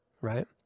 Right